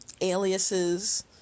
aliases